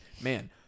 man